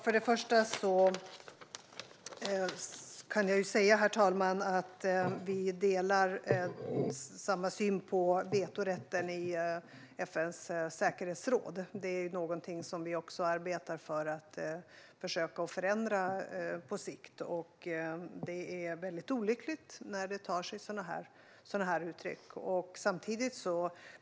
Herr talman! Först och främst delar vi samma syn på vetorätten i FN:s säkerhetsråd. Det är någonting som vi arbetar för att försöka att förändra på sikt. Det är väldigt olyckligt när det tar sig sådana här uttryck.